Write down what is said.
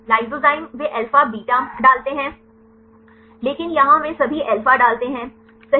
lysozyme वे alpha plus beta डालते हैं लेकिन यहां वे सभी अल्फा डालते हैं सही